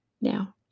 now